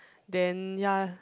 then ya